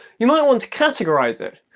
you might want to categorise it.